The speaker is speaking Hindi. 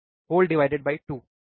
2 सही